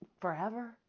forever